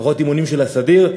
פחות אימונים של הסדיר.